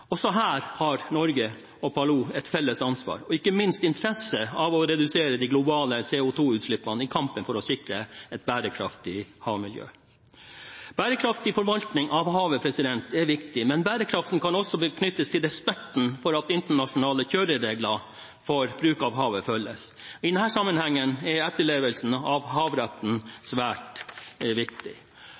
Også her har Norge og Palau et felles ansvar og ikke minst interesse av å redusere de globale CO2-utslippene i kampen for å sikre et bærekraftig havmiljø. Bærekraftig forvaltning av havet er viktig, men bærekraften kan også knyttes til respekten for at internasjonale kjøreregler for bruk av havet følges. I denne sammenhengen er etterlevelsen av havretten svært viktig.